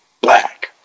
black